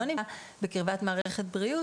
נמצא בבית חולים ואינו נמצא בקרבת מערכת בריאות